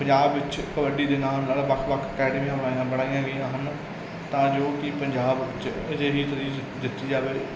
ਪੰਜਾਬ ਵਿੱਚ ਕਬੱਡੀ ਦੇ ਨਾਲ ਨਾਲ ਵੱਖ ਵੱਖ ਅਕੈਡਮੀਆਂ ਬਣਾਈਆਂ ਬਣਾਈਆਂ ਗਈਆਂ ਹਨ ਤਾਂ ਜੋ ਕਿ ਪੰਜਾਬ ਵਿੱਚ ਅਜਿਹੀ ਦਿੱਤੀ ਜਾਵੇ